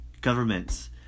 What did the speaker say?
governments